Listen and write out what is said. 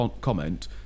comment